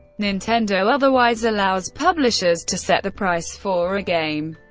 nintendo otherwise allows publishers to set the price for a game,